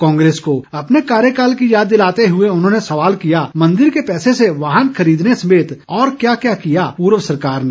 कांग्रेस को अपने कार्यकाल की याद दिलाते हुए उन्होंने सवाल किया कि मंदिर के पैसे से वाहन खरीदने समेत और क्या क्या किया पर्व सरकार ने